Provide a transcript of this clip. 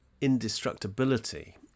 indestructibility